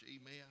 Amen